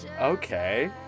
Okay